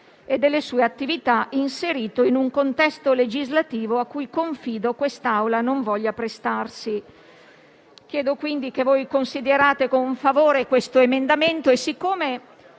e delle sue attività inserito in un contesto legislativo a cui confido questa Assemblea non voglia prestarsi. Chiedo quindi che voi consideriate con favore questo emendamento e siccome